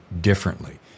differently